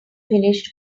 finished